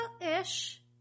ish